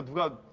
the